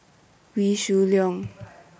Wee Shoo Leong